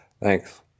Thanks